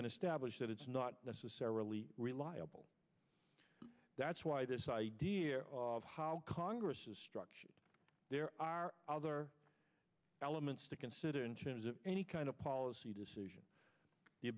been established that it's not necessarily reliable that's why this idea of how congress is structured there are other elements to consider in terms of any kind of policy decision the